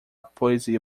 poesia